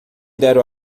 deram